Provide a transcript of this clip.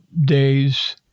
days